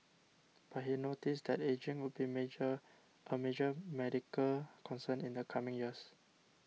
but he noted that ageing would be major a major medical concern in the coming years